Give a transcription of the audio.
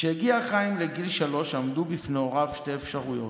כשהגיע חיים לגיל שלוש עמדו בפני הוריו שתי אפשרויות: